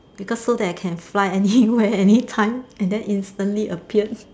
because so that I can fly anywhere anytime and then instantly appear